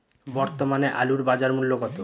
বর্তমানে আলুর বাজার মূল্য কত?